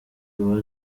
weah